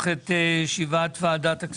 בוקר טוב, אני מתכבד לפתוח את ישיבת ועדת הכספים.